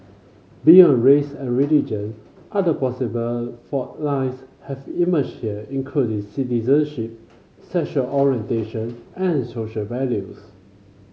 beyond race and religion other possible fault lines have emerged here including citizenship sexual orientation and social values